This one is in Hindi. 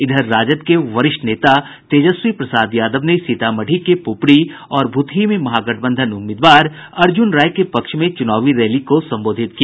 इधर राजद के वरिष्ठ नेता तेजस्वी प्रसाद यादव ने सीतामढ़ी के प्रपरी और भूतही में महागठबंधन उम्मीदवार अर्जुन राय के पक्ष में चुनावी रैली को संबोधित किया